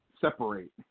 separate